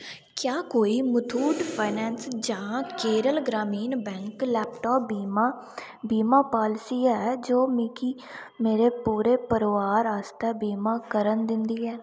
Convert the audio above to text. क्या कोई मुथूट फाइनैंस जां केरल ग्रामीण बैंक लैपटाप बीमा बीमा पालसी ऐ जो मिगी मेरे पूरे परोआर आस्तै बीमा करन दिंदी ऐ